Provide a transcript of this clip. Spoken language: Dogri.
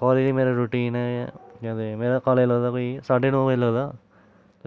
कालेज मेरी रूटीन ऐ केह् आखदे मेरा कालेज लगदा कोई साड्ढे नौ बजे लगदा